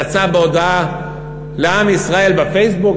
יצא בהודעה לעם ישראל בפייסבוק.